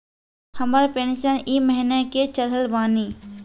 हमर पेंशन ई महीने के चढ़लऽ बानी?